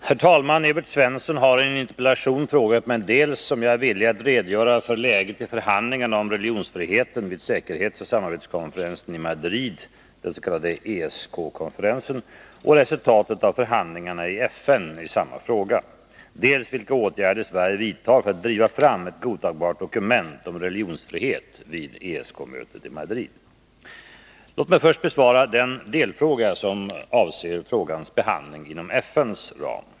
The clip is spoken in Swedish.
Herr talman! Evert Svensson har i en interpellation frågat mig dels om jag är villig att redogöra för läget i förhandlingarna om religionsfriheten vid säkerhetsoch samarbetskonferensen i Madrid och resultatet av förhandlingarna i FN i samma fråga, dels vilka åtgärder Sverige vidtar för att driva fram ett godtagbart dokument om religionsfrihet vid ESK-mötet i Madrid. Låt mig först besvara den delfråga som avser frågans behandling inom FN:s ram.